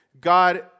God